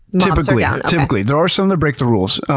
typically. yeah, typically. there are some that break the rules.